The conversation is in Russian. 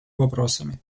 вопросами